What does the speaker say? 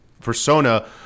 Persona